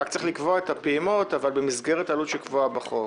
רק צריך לקבוע את הפעימות אבל במסגרת העלות שקבועה בחוק.